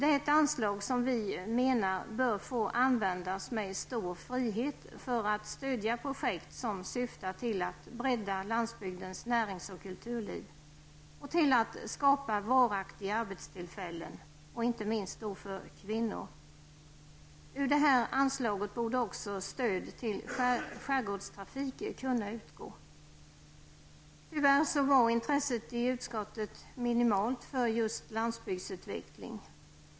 Det är ett anslag som vi menar bör få användas med stor frihet för att stödja projekt som syftar till att bredda landsbygdens närings och kulturliv och till att skapa varaktiga arbetstillfällen, inte minst för kvinnor. Ur det här anslaget borde också stöd till skärgårdstrafik kunna utgå. Tyvärr var intresset i utskottet minimalt för just landsbygdsutveckling.